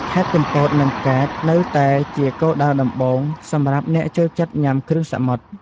ខេត្តកំពត និងកែប នៅតែជាគោលដៅដំបូងសម្រាប់អ្នកចូលចិត្តញ៉ាំគ្រឿងសមុទ្រ។